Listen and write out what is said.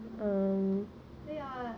mm ya lah